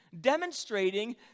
demonstrating